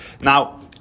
Now